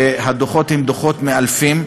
הדוחות הם דוחות מאלפים.